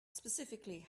specifically